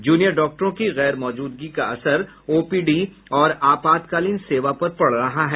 junior डॉक्टरों की गैर मौजूदगी का असर ओपीडी और आपातकालीन सेवा पर पड़ रहा है